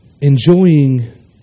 Enjoying